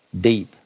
deep